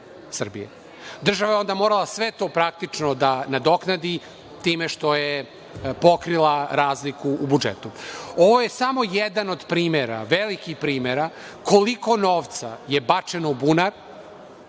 Država je onda morala sve to praktično da nadoknadi time što je pokrila razliku u budžetu. Ovo je samo jedan od primera, velikih primera, koliko novca je bačeno u bunar